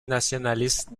nationaliste